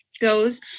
goes